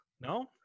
No